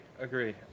Agree